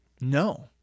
No